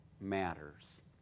matters